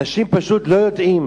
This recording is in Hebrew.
אנשים פשוט לא יודעים.